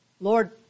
Lord